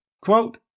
Quote